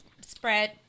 spread